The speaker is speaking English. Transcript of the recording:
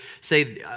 say